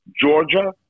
Georgia